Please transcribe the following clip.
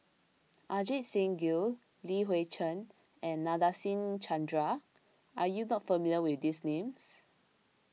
Ajit Singh Gill Li Hui Cheng and Nadasen Chandra are you not familiar with these names